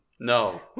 No